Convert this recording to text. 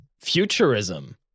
futurism